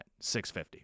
650